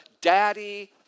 Daddy